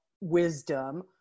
wisdom